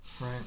right